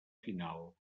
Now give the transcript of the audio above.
final